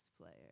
player